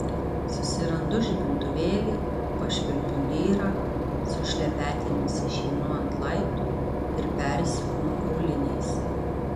susirandu žibintuvėlį pašvilpiu lyrą su šlepetėmis išeinu ant laiptų ir persiaunu auliniais